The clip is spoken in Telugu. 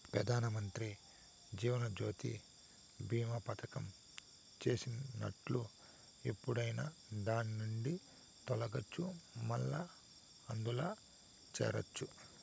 పెదానమంత్రి జీవనజ్యోతి బీమా పదకం చేసినట్లు ఎప్పుడైనా దాన్నిండి తొలగచ్చు, మల్లా అందుల చేరచ్చు